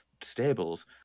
stables